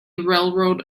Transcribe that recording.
railroad